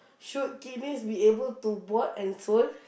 should kidneys be able to bought and sold